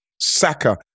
Saka